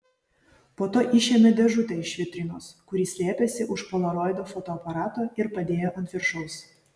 po to išėmė dėžutę iš vitrinos kur ji slėpėsi už polaroido fotoaparato ir padėjo ant viršaus